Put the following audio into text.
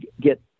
get